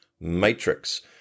matrix